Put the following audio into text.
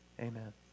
Amen